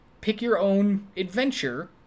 pick-your-own-adventure